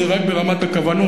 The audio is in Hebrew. זה רק ברמת הכוונות.